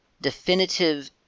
definitive